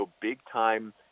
big-time